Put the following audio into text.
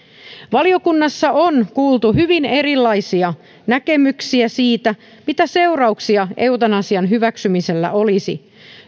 valiokunnassa on kuultu hyvin erilaisia näkemyksiä siitä mitä seurauksia eutanasian hyväksymisellä olisi